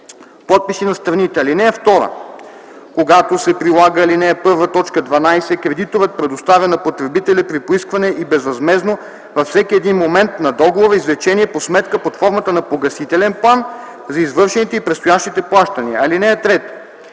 подписи на страните. (2) Когато се прилага ал. 1, т. 12, кредиторът предоставя на потребителя при поискване и безвъзмездно, във всеки един момент на договора, извлечение по сметка под формата на погасителен план за извършените и предстоящите плащания. (3)